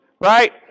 Right